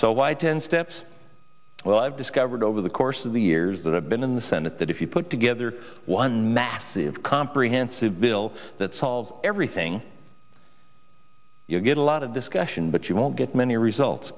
so why ten steps well i've discovered over the course of the years that i've been in the senate that if you put together one massive comprehensive bill that solves everything you'll get a lot of discussion but you won't get many results